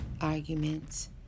Arguments